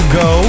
go